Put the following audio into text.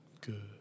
good